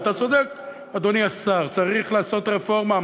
ואתה צודק, אדוני השר, צריך לעשות רפורמה.